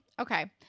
Okay